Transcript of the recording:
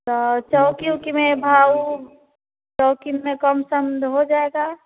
तो चौकी उकी में भाव चौकी में कम सम में हो जाएगा